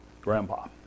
grandpa